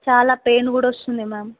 చాలా పెయిన్ కూడా వస్తుంది మ్యామ్